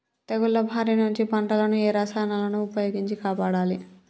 తెగుళ్ల బారి నుంచి పంటలను ఏ రసాయనాలను ఉపయోగించి కాపాడాలి?